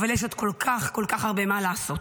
אבל יש עוד כל כך כל כך הרבה מה לעשות.